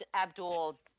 Abdul